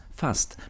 fast